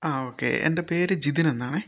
ആ ഓക്കെ എൻ്റെ പേര് ജിതിൻ എന്നാണേ